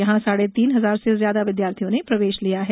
यहां साढ़े तीन हजार से ज्यादा विद्यार्थियों ने प्रवेश लिया है